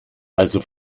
also